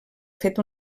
fet